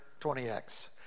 20x